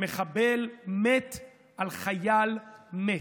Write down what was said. מחבל מת על חייל מת,